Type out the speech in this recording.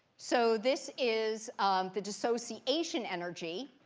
so this is the dissociation energy,